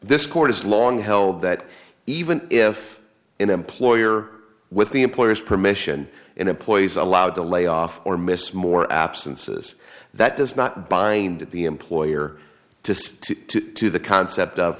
this court has long held that even if an employer with the employer has permission in employees allowed to layoff or miss more absences that does not bind the employer to to the concept of